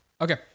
Okay